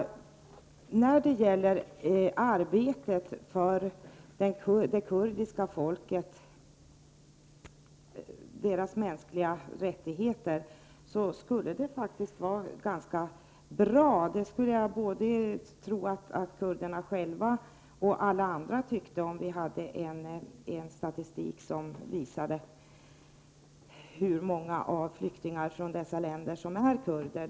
När det gäller arbetet för det kurdiska folket och dess mänskliga rättigheter skulle det faktiskt vara ganska bra — och det tror jag att kurderna själva och alla andra också tycker — om statistiken visade hur många av flyktingarna från de aktuella länderna som är just kurder.